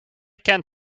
kent